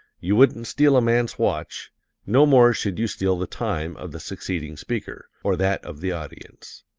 you wouldn't steal a man's watch no more should you steal the time of the succeeding speaker, or that of the audience.